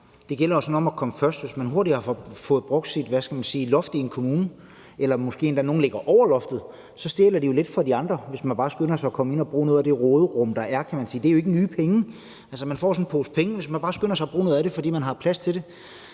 Det gælder om at komme først, hvis man hurtigt har fået brugt sit, hvad skal man sige, loft i en kommune. Måske ligger nogle endda over loftet. Så stjæler de jo lidt fra de andre, hvis de bare skynder sig at komme ind og bruge noget af det råderum, der er, kan man sige. Det er jo ikke nye penge. Altså, man får sådan en pose penge, hvis man bare skynder sig at bruge noget af det, fordi man har plads til det.